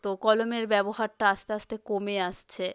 তো কলমের ব্যবহারটা আস্তে আস্তে কমে আসছে